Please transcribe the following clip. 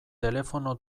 telefono